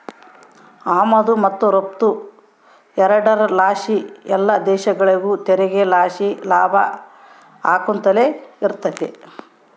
ಆಮದು ಮತ್ತು ರಫ್ತು ಎರಡುರ್ ಲಾಸಿ ಎಲ್ಲ ದೇಶಗುಳಿಗೂ ತೆರಿಗೆ ಲಾಸಿ ಲಾಭ ಆಕ್ಯಂತಲೆ ಇರ್ತತೆ